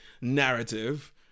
narrative